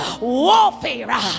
warfare